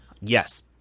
yes